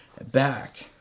back